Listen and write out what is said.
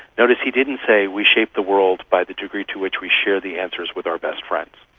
notice he didn't say we shape the world by the degree to which we share the answers with our best friends.